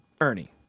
Ernie